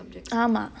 ah ma